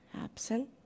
Absent